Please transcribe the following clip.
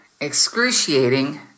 excruciating